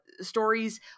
stories